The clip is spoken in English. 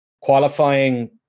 qualifying